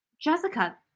Jessica